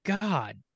god